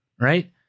Right